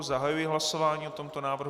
Zahajuji hlasování o tomto návrhu.